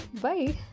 bye